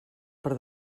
per